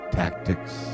tactics